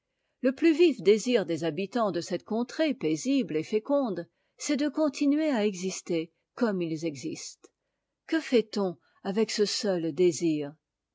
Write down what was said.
le plus vif désir des habitants de cette contrée paisible et féconde c'est de continuer à exister comme ils existent et que fait-on avec ce seul désir